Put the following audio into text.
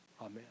Amen